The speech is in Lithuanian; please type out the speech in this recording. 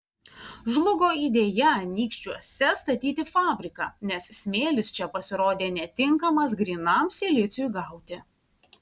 žlugo idėja anykščiuose statyti fabriką nes smėlis čia pasirodė netinkamas grynam siliciui gauti